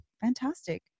Fantastic